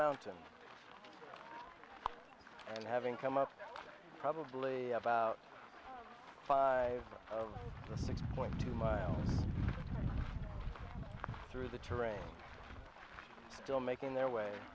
mountain and having come up probably about five point two miles through the terrain still making their way